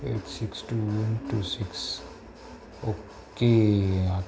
at six two one two six okay